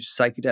psychedelic